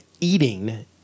eating